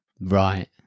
Right